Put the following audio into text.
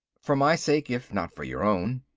for my sake if not for your own.